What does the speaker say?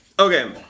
Okay